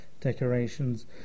decorations